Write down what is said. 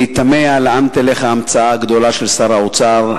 אני תמה לאן תלך ההמצאה הגדולה של שר האוצר,